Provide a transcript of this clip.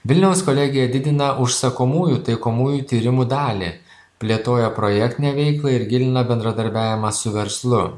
vilniaus kolegija didina užsakomųjų taikomųjų tyrimų dalį plėtoja projektinę veiklą ir gilina bendradarbiavimą su verslu